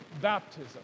baptism